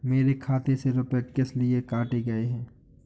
मेरे खाते से रुपय किस लिए काटे गए हैं?